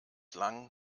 lang